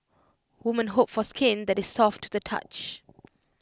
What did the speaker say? woman hope for skin that is soft to the touch